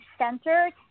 centered